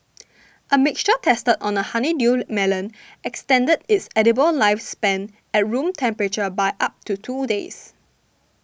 a mixture tested on a honeydew melon extended its edible lifespan at room temperature by up to two days